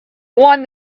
won